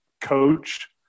coach